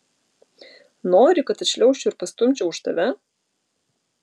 nori kad atšliaužčiau ir pastumčiau už tave